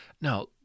Now